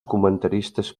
comentaristes